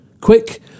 Quick